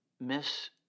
Miss